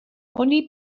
oni